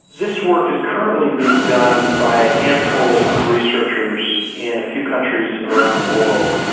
this work is currently being done by a handful of researchers in a few countries around the world,